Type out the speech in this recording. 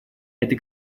это